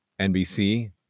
NBC